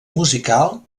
musical